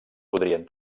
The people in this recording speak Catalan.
podrien